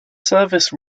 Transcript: service